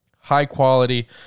high-quality